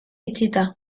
itxita